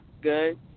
Good